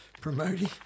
promoting